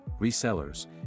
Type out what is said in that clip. resellers